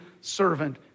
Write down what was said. servant